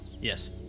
Yes